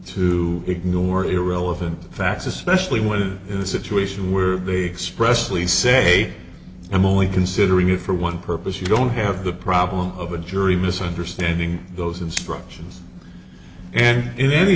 to ignore irrelevant facts especially when in a situation where they express lee say i'm only considering you for one purpose you don't have the problem of a jury misunderstanding those instructions